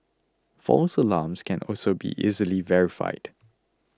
false alarms can also be easily verified